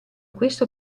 questo